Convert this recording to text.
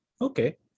Okay